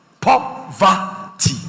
Poverty